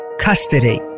Custody